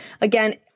Again